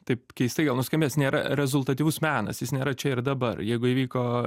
taip keistai gal nuskambės nėra rezultatyvus menas jis nėra čia ir dabar jeigu įvyko